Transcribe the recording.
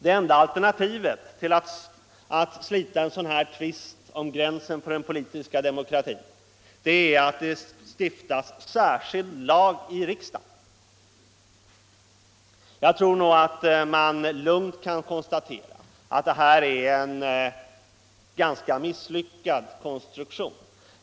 Det enda alternativet när det gäller att slita en sådan här tvist om gränsen för den politiska demokratin är att det stiftas särskild lag i riksdagen. Jag tror att man lugnt kan konstatera att det här är en ganska miss lyckad konstruktion.